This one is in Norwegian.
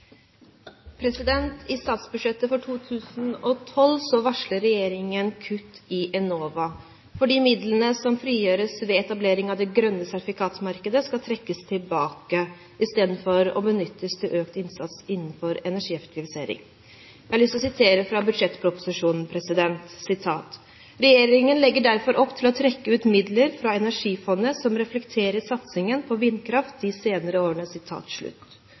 statsbudsjettet for 2012 varsler regjeringen kutt i bevilgningene til Enova fordi de midlene som frigjøres ved etablering av grønt sertifikat-markedet, skal trekkes tilbake istedenfor å benyttes til økt innsats innenfor energieffektivisering. Jeg har lyst til å sitere fra budsjettproposisjonen: «Regjeringen legger derfor opp til å trekke ut midler fra Energifondet som reflekterer satsingen på vindkraft de seneste årene.»